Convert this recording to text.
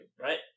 right